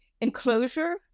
enclosure